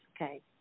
okay